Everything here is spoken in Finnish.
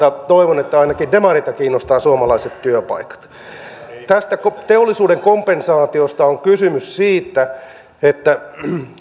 toivon että ainakin demareita kiinnostavat suomalaiset työpaikat tässä teollisuuden kompensaatiossa on kysymys siitä että